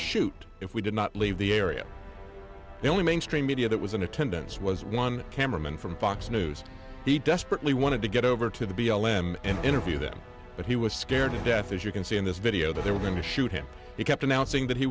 shoot if we did not leave the area the only mainstream media that was in attendance was one cameraman from fox news he desperately wanted to get over to the b l m and interview them but he was scared to death as you can see in this video they were going to shoot him he kept announcing that he